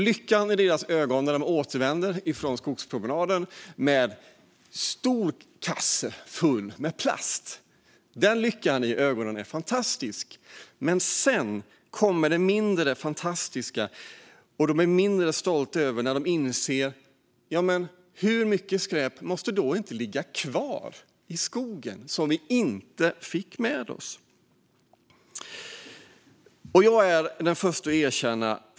Lyckan i deras ögon när de återvänder från skogspromenaden med en stor kasse full med plast, den lyckan i ögonen är fantastisk. Men sedan kommer det mindre fantastiska. De är mindre stolta när de inser: Hur mycket skräp måste då inte ligga kvar i skogen som vi inte fick med oss? Fru talman!